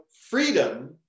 freedom